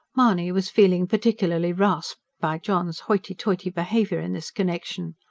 mahony was feeling particularly rasped by john's hoity-toity behaviour in this connection.